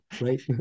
right